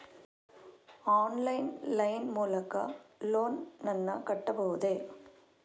Online line ಮೂಲಕ loan ನನ್ನ ಕಟ್ಟಬಹುದೇ?